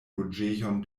loĝejon